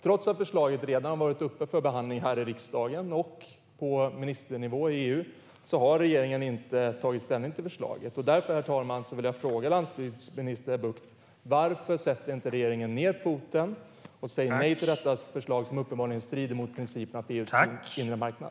Trots att förslaget redan har varit uppe för behandling här i riksdagen och på ministernivå i EU har regeringen inte tagit ställning till förslaget. Därför, herr talman, vill jag fråga landsbygdsminister Bucht varför regeringen inte sätter ned foten och säger nej till detta förslag, som uppenbarligen strider mot principen om EU:s inre marknad.